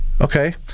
Okay